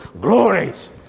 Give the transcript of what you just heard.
glories